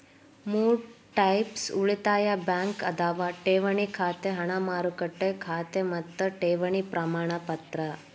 ಮೂರ್ ಟೈಪ್ಸ್ ಉಳಿತಾಯ ಬ್ಯಾಂಕ್ ಅದಾವ ಠೇವಣಿ ಖಾತೆ ಹಣ ಮಾರುಕಟ್ಟೆ ಖಾತೆ ಮತ್ತ ಠೇವಣಿ ಪ್ರಮಾಣಪತ್ರ